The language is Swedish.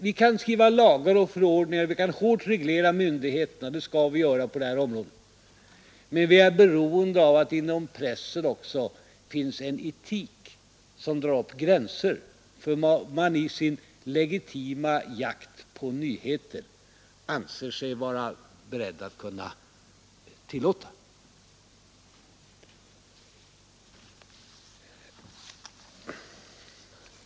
Vi kan skriva lagar och förordningar, vi kan hårt reglera myndigheterna, och det skall vi göra på det här området, men vi är beroende av att det inom pressen också finns en etik som drar upp gränser för vad man i sin legitima jakt på nyheter anser sig vara beredd att kunna tillåta.